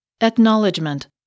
Acknowledgement